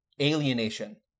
alienation